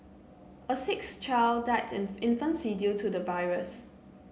a sixth child died in infancy due to the virus